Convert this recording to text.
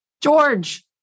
George